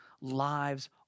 lives